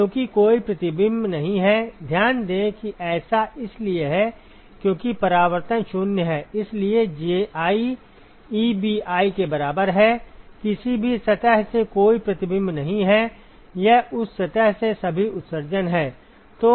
क्योंकि कोई प्रतिबिंब नहीं है ध्यान दें कि ऐसा इसलिए है क्योंकि परावर्तन 0 है इसलिए Ji Ebi के बराबर है किसी भी सतह से कोई प्रतिबिंब नहीं है यह उस सतह से सभी उत्सर्जन है